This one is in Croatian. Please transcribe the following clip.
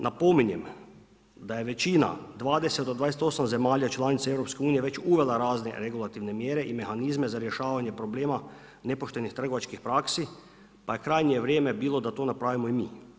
Napominjem da je većina 20 do 28 zemalja članica EU već uvela razne regulativne mjere i mehanizme za rješavanje problema nepoštenih trgovačkih praksi, pa je krajnje vrijeme bilo da to napravimo i mi.